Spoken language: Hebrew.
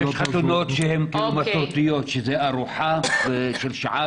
יש חתונות שהן מסורתיות, שזה ארוחה של שעה וזהו.